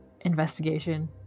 ...investigation